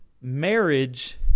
marriage